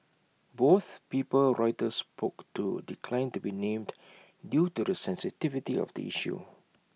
both people Reuters spoke to declined to be named due to the sensitivity of the issue